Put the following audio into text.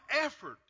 effort